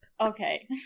Okay